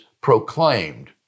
proclaimed